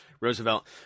Roosevelt